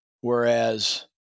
whereas